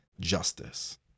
justice